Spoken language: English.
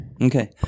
Okay